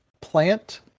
plant